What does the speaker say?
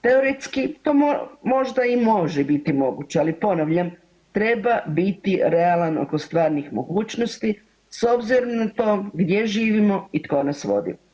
Teoretski to možda i može biti moguće, ali ponavljam treba biti realan oko stvarnih mogućnosti s obzirom na to gdje živimo i tko nas vodi.